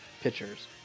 pitchers